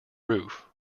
roof